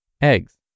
eggs